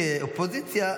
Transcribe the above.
כאופוזיציה,